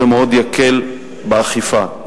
זה מאוד יקל את האכיפה.